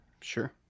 Sure